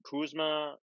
Kuzma